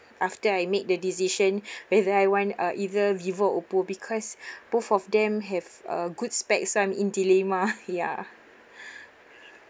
after I make the decision whether I want uh either vivo or oppo because both of them have uh good specs I'm in dilemma ya